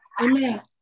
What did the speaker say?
Amen